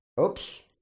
oops